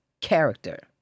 character